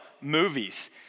movies